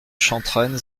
chantrenne